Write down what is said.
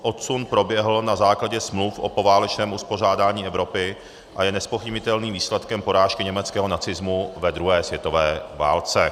Odsun proběhl na základě smluv o poválečném uspořádání Evropy a je nezpochybnitelným výsledkem porážky německého nacismu ve druhé světové válce.